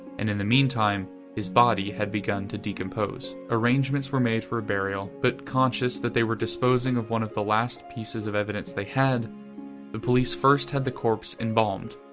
and in the meantime his body had begun to decompose. arrangements were made for a burial, but conscious that they were disposing of one of the few pieces of evidence they had the police first had the corpse embalmed,